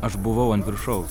aš buvau ant viršaus